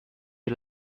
you